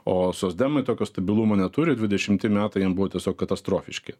o socdemai tokio stabilumo neturi dvidešimti metai jiem buvo tiesiog katastrofiški